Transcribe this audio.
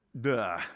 duh